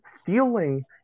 Stealing